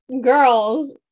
girls